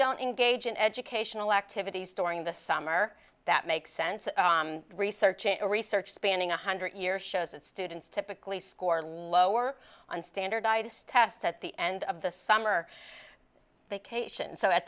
don't engage in educational activities during the summer that makes sense research into research spanning one hundred year shows that students typically score lower on standardized tests at the end of the summer vacation so at